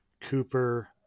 Cooper